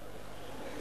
פעם